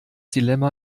dilemma